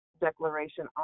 declaration